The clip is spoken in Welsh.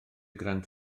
grant